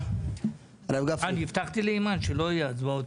אני הבטחתי לאימאן שלא יהיו הצבעות.